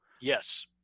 yes